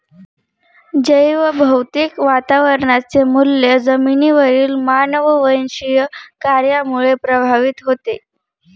जैवभौतिक वातावरणाचे मूल्य जमिनीवरील मानववंशीय कार्यामुळे प्रभावित होते